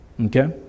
okay